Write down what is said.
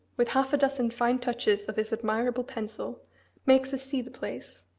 with half a dozen fine touches of his admirable pencil makes us see the place.